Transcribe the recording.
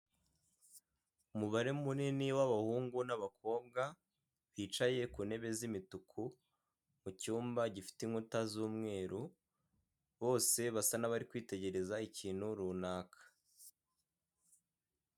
Umubare munini w'abahungu n'abakobwa, bicaye ku ntebe z'imituku, mu cyumba gifite inkuta z'umweru, bose basa n'abari kwitegereza ikintu runaka.